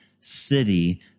city